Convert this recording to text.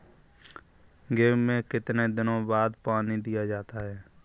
गेहूँ में कितने दिनों बाद पानी दिया जाता है?